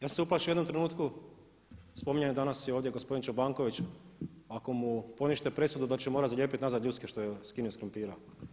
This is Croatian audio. Ja sam se uplašio u jednom trenutku spominjan danas je ovdje gospodin Čobanković, ako mu ponište presudu da će morati zalijepiti nazad ljuske što je skinuo s krumpira.